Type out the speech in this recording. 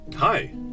Hi